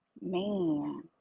Man